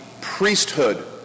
priesthood